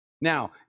Now